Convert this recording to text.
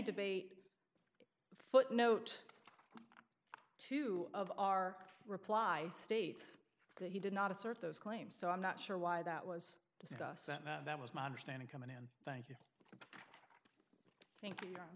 debate footnote two of our reply states that he did not assert those claims so i'm not sure why that was discussed that was my understanding coming in thank you thank you